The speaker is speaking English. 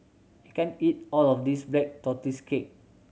can't eat all of this Black Tortoise Cake